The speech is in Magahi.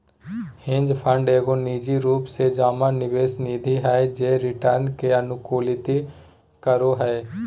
हेज फंड एगो निजी रूप से जमा निवेश निधि हय जे रिटर्न के अनुकूलित करो हय